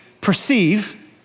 perceive